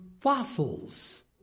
fossils